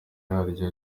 yaryo